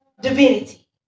divinity